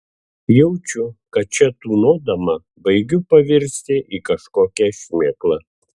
jaučiu kad čia tūnodama baigiu pavirsti į kažkokią šmėklą